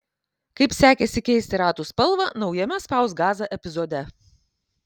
kaip sekėsi keisti ratų spalvą naujame spausk gazą epizode